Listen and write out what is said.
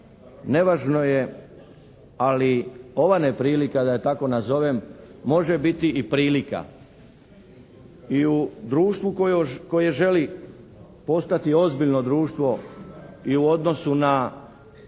nevažno je, ali ova neprilika da je tako nazovem može biti i prilika i u društvu koje želi postati ozbiljno društvo i u odnosu na